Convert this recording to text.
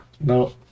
no